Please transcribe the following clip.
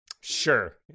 Sure